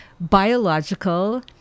biological